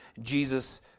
Jesus